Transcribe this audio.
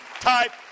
type